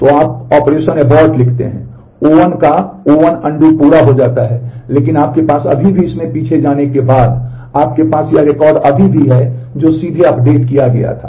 तो आप operation abort लिखते हैं और O1 का O1 अनडू पूरा हो जाता है लेकिन आपके पास अभी भी इसमें पीछे जाने के बाद आपके पास यह रिकॉर्ड अभी भी है जो सीधे अपडेट किया गया था